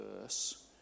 verse